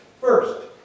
First